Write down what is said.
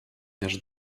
nasz